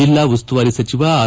ಜಿಲ್ಲಾ ಉಸ್ತುವಾರಿ ಸಚಿವ ಆರ್